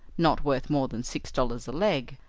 not worth more than six dollars a leg,